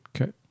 Okay